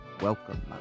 Welcome